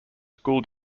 school